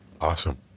Awesome